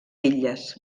bitlles